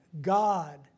God